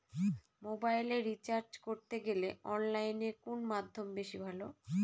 মোবাইলের রিচার্জ করতে গেলে অনলাইনে কোন মাধ্যম বেশি ভালো?